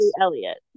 Elliot